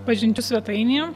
pažinčių svetainėje